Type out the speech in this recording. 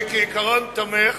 אני, כעיקרון, תומך